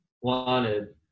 wanted